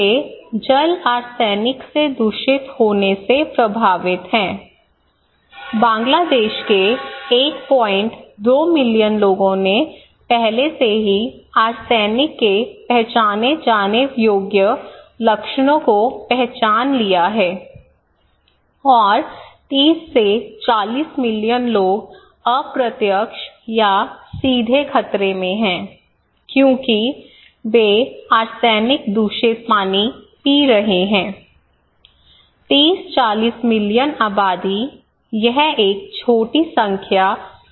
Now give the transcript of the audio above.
वे जल आर्सेनिक के दूषित होने से प्रभावित हैं बांग्लादेश के 12 मिलियन लोगों ने पहले से ही आर्सेनिक के पहचाने जाने योग्य लक्षणों को पहचान लिया है और 30 से 40 मिलियन लोग अप्रत्यक्ष या सीधे खतरे में हैं क्योंकि वे आर्सेनिक दूषित पानी पी रहे हैं 30 40 मिलियन आबादी यह एक छोटी संख्या नहीं है